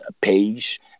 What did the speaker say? page